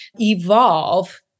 evolve